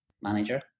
manager